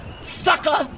Sucker